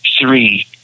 three